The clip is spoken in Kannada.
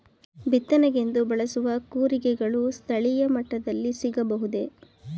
ಬಿತ್ತನೆಗೆಂದು ಬಳಸುವ ಕೂರಿಗೆಗಳು ಸ್ಥಳೀಯ ಮಟ್ಟದಲ್ಲಿ ಸಿಗಬಹುದೇ?